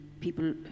people